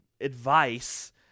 Advice